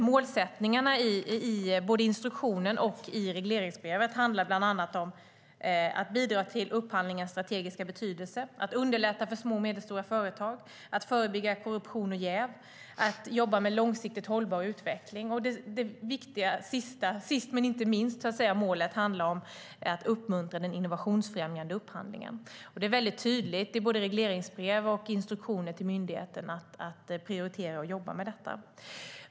Målsättningarna i både instruktionerna och regleringsbreven är bland annat att bidra till upphandlingens strategiska betydelse, att underlätta för små och medelstora företag, att förebygga korruption och jäv, att jobba med långsiktigt hållbar utveckling och - sist men inte minst - att uppmuntra innovationsfrämjande upphandling. I både regleringsbreven och instruktionerna till myndigheterna är det tydligt att de ska prioritera och jobba med detta.